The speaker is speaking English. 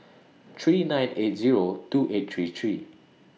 three nine eight Zero two eight three three